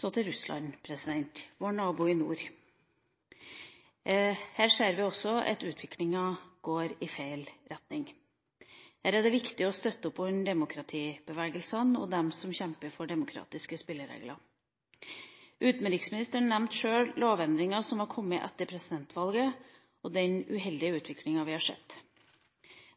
Så til Russland – vår nabo i nord. Her ser vi også at utviklinga går i feil retning. Her er det viktig å støtte opp under demokratibevegelsen og dem som kjemper for demokratiske spilleregler. Utenriksministeren nevnte sjøl lovendringene som har kommet etter presidentvalget, og den uheldige utviklinga vi har sett.